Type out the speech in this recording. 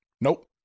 Nope